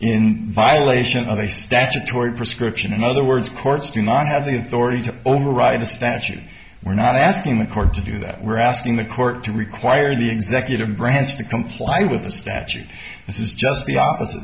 in violation of a statutory prescription in other words courts do not have the authority to override a statute we're not asking the court to do that we're asking the court to require the executive branch to comply with the statute this is just the opposite